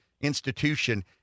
institution